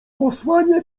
posłanie